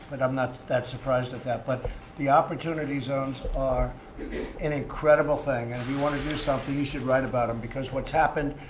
but i'm not that surprised at that. but the opportunity zones are an incredible thing. and if you want to do something, you should write about them. because what's happened,